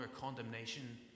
condemnation